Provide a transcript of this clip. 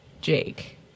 Jake